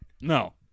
No